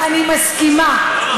אני מסכימה.